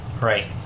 right